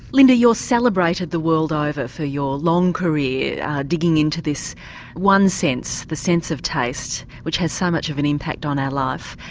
linda you're celebrated the world over for your long career digging in to this one sense, the sense of taste which has so much of an impact on our life.